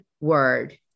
word